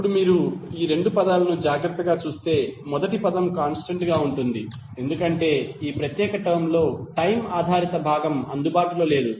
ఇప్పుడు మీరు ఈ రెండు పదాలను జాగ్రత్తగా చూస్తే మొదటి పదం కాంస్టెంట్ గా ఉంటుంది ఎందుకంటే ఈ ప్రత్యేక టర్మ్ లో టైమ్ ఆధారిత భాగం అందుబాటులో లేదు